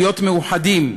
להיות מאוחדים,